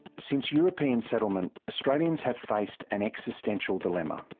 since european settlement, australians have faced an existential dilemma.